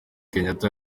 kenyatta